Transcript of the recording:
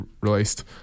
released